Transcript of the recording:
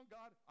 God